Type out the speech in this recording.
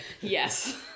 Yes